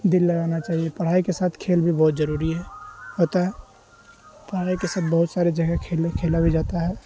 دل لگانا چاہیے پڑھائی کے ساتھ کھیل بھی بہت ضروری ہے ہوتا ہے پڑھائی کے ساتھ بہت سارے جگہ کھیل کھیلا بھی جاتا ہے